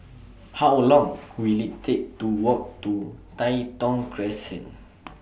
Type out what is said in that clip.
How Long Will IT Take to Walk to Tai Thong Crescent